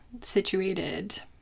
situated